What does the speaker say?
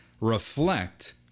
Reflect